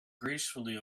gracefully